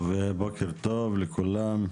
בוקר טוב לכולם,